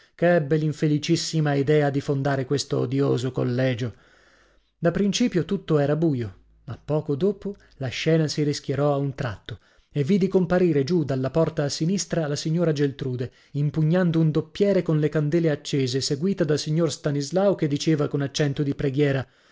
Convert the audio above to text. che ebbe l'infelicissima idea di fondare questo odioso collegio da principio tutto era buio ma poco dopo la scena si rischiarò a un tratto e vidi comparire giù dalla porta a sinistra la signora geltrude impugnando un doppiere con le candele accese seguìta dal signor stanislao che diceva con accento di preghiera